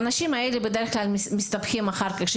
האנשים האלה בדרך כלל מסתבכים אחר כך,